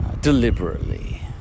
deliberately